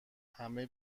همه